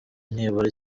nibura